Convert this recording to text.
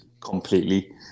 completely